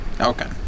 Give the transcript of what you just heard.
Okay